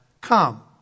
come